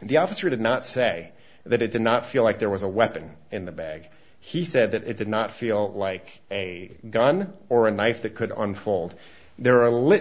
and the officer did not say that it did not feel like there was a weapon in the bag he said that it did not feel like a gun or a knife that could on fold there are a lit